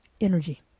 energy